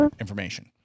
information